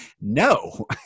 no